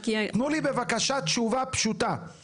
תנו לי בבקשה תשובה פשוטה.